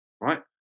right